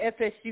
FSU